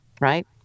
right